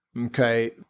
Okay